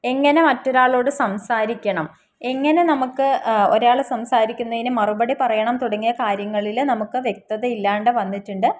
എങ്ങനെ മറ്റൊരാളോട് സംസാരിക്കണം എങ്ങനെ നമുക്ക് ഒരാള് സംസാരിക്കുന്നതിന് മറുപടി പറയണം തുടങ്ങിയ കാര്യങ്ങളില് നമുക്ക് വ്യക്തതയില്ലാതെ വന്നിട്ടുണ്ട്